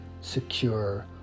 secure